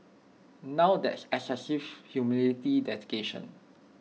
now that's excessive humility dedication